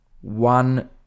one